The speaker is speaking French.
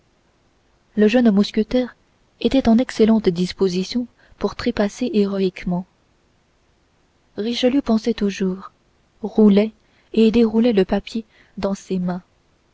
le jeune mousquetaire était en excellente disposition pour trépasser héroïquement richelieu pensait toujours roulait et déroulait le papier dans ses mains